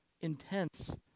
intense